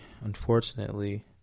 unfortunately